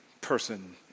person